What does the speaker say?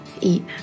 Eat